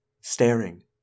Staring